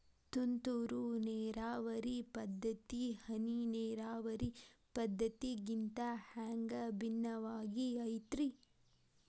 ತುಂತುರು ನೇರಾವರಿ ಪದ್ಧತಿ, ಹನಿ ನೇರಾವರಿ ಪದ್ಧತಿಗಿಂತ ಹ್ಯಾಂಗ ಭಿನ್ನವಾಗಿ ಐತ್ರಿ?